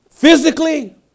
Physically